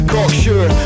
Cocksure